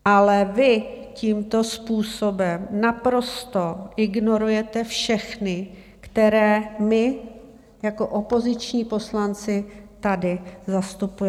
Ale vy tímto způsobem naprosto ignorujete všechny, které my jako opoziční poslanci tady zastupujeme.